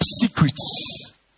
secrets